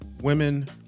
Women